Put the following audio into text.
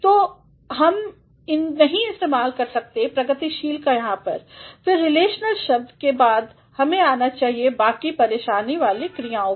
तो हम नहीं इस्तेमाल कर सकते हैं प्रगतिशील का यहाँ फिर रिलेशनल शब्द के बाद हमें आना चाहिए बाकी परेशानी वाले क्रियाओं पर